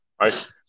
Right